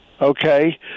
Okay